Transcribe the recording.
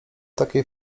takiej